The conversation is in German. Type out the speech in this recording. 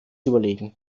überlegen